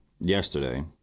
yesterday